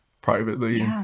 privately